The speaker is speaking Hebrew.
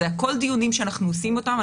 זה הכול דיונים שאנחנו עושים אותם.